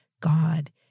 God